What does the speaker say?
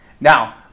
Now